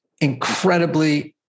incredibly